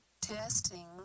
testing